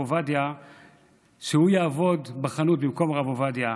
עובדיה שהוא יעבוד בחנות במקום הרב עובדיה.